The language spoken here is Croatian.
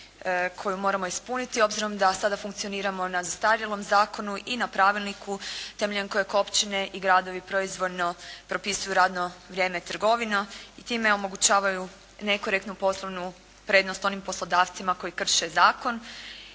koju moramo ispuniti obzirom da sada funkcioniramo na zastarjelom zakonu i na pravilniku temeljem kojeg općine i gradovi proizvoljno propisuju radno vrijeme trgovina i time omogućavaju nekorektnu poslovnu prednost onim poslodavcima koji krše zakon